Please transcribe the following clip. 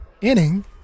inning